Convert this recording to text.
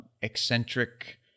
eccentric